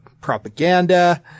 propaganda